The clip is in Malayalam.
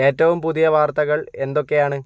ഏറ്റവും പുതിയ വാർത്തകൾ എന്തൊക്കെയാണ്